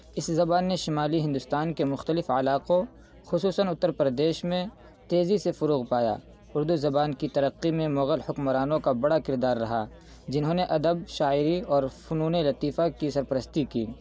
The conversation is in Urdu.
اس زبان نے شمالی ہندوستان کے مختلف علاقوں خصوصاً اتّر پردیش میں تیزی سے فروغ پایا اردو زبان کی ترقی میں مغل حکمرانوں کا بڑا کردار رہا جنہوں نے ادب شاعری اور فنون لطیفہ کی سرپرستی کی